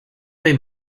they